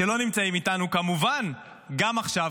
שלא נמצאים איתנו כמובן גם עכשיו,